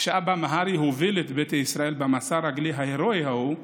כשאבא מהרי הוביל את ביתא ישראל במסע הרגלי ההרואי ההוא ב-1862,